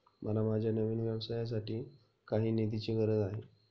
मला माझ्या नवीन व्यवसायासाठी काही निधीची गरज आहे